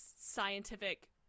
scientific